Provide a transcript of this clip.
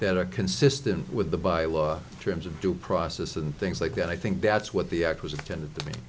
that are consistent with the by law terms of due process and things like that i think that's what the act was intended to